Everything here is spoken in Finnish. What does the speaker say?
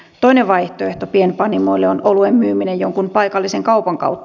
toinen vaihtoehto pienpanimoille on oluen myyminen jonkun paikallisen kaupan kautta